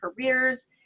careers